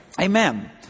Amen